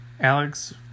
Alex